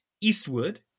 Eastwood